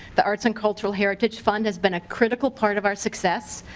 the arts and cultural heritage fund is been a critical part of our success.